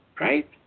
Right